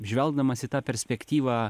žvelgdamas į tą perspektyvą